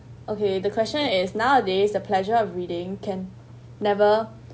okay the question is nowadays the pleasure of reading can never